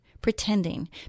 pretending